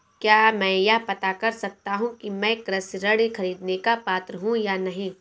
क्या मैं यह पता कर सकता हूँ कि मैं कृषि ऋण ख़रीदने का पात्र हूँ या नहीं?